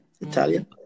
Italian